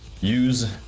Use